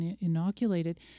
inoculated